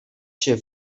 się